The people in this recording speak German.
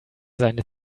seine